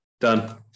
Done